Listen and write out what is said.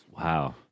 Wow